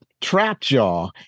Trapjaw